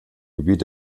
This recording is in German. gebiet